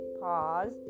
pause